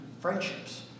friendships